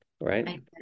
right